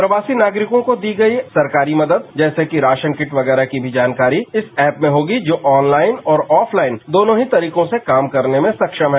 प्रवासी नागरिकों को दी गई सरकारी मदद जैसे कि राशन किट वगैरह की भी जानकारी इस ऐप में होगी जो ऑनलाइन और ऑफलाइन दोनों ही तरीकों से काम करने में सक्षम है